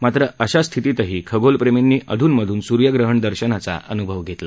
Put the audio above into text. मात्र अशा स्थितीतही खगोलप्रेमींनी अधून मधून सूर्यग्रहणदर्शनाचा अन्भव घेतला